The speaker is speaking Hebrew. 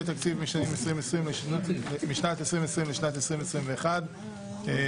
נראה לי שלא הצבעת על תקציב 2022. זה גם 2021 וגם 2022. זה ביחד.